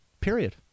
Period